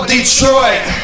Detroit